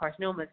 carcinomas